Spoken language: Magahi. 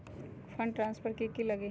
फंड ट्रांसफर कि की लगी?